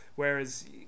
Whereas